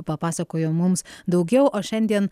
papasakojo mums daugiau o šiandien